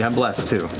and bless, too.